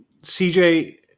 CJ